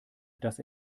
dass